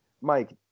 Mike